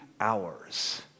hours